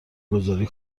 گذاری